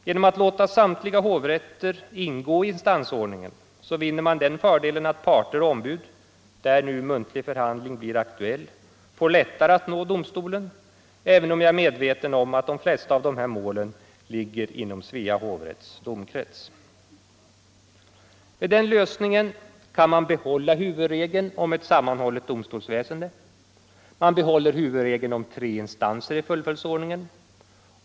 Genom att låta samtliga hovrätter ingå i instansordningen vinner man den fördelen att parter och ombud — där muntlig förhandling blir aktuell — får lättare att nå domstolen, även om jag är medveten om att de flesta av dessa mål ligger inom Svea hovrätts domkrets. Med den lösningen kan man behålla huvudregeln om ett sammanhållet domstolsväsende. Man kan bevara huvudregeln om tre instanser i fullföljdsordningen.